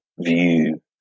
view